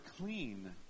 clean